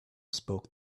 spoke